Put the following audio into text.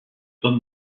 homme